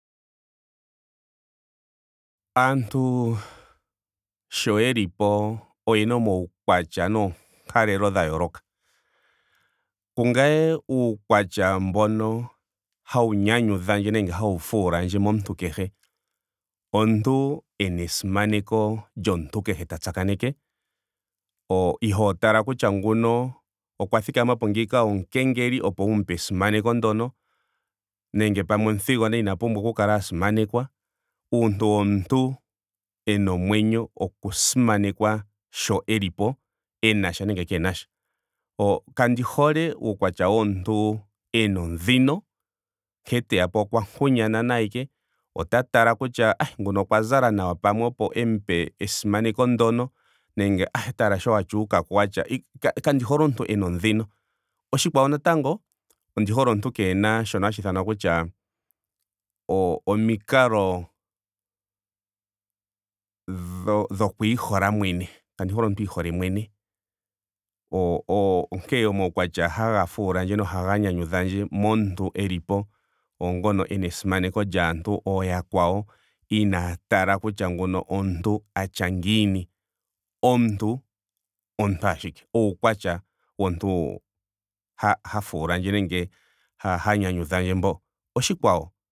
Aantu sho yelipo oyena omaukwatya noonkalelo dha yooloka. Kungame uukwatya mbono hawu nyanyudha ndje nenge hau fuula ndje momuntu kehe omunru ena esimaneko lyomuntu kehe ta tsakaneke. O- ihoo tala kutya nguno okwa thikamapo ngeyi omukengeli opo wumu pe esimaneko ndono nenge. Nenge pamwe omuthigona ina pumbwa oku kala a simanekwa. Uuntu womuntu ena omwenyo oku simanekwa sho elipo. enasha nenge keenasha. O- kandi hole uukwatya womuntu ena ondhino. nkene teyapo okwa nkunyana ashike. ota tala kutya ah nguno okwa zala nawa pamwe opo emu pe esimaneko ndono. nenge ah tala sho atya uukaku wa tya. Kandi hole omuntu ena ondhino. Ondi hole omuntu keehena shoka hashiithanwa kutya omikalo dho- dho ku- hola mwene. Kandi hole omuntu iihole mwene. O- o- onkene omaukwatya haga fuulandje nohaga nyanyudhandje momuntu elipo. oongono ena esimaneko lyaantu. ooyakwawo inaa tala kutya nguno omuntu atya ngiini. omuntu omuntu ashike. Uukwatya womuntu ha- ha fuulandje nenge ha- ha nyanyudhandje mbo.